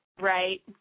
Right